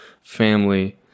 family